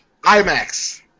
IMAX